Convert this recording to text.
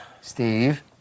Steve